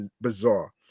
bizarre